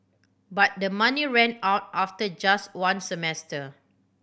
but the money ran out after just one semester